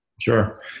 Sure